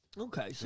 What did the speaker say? Okay